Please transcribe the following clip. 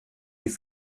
die